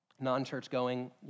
non-church-going